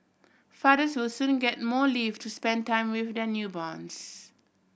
fathers will soon get more leave to spend time with their newborns